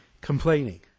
complaining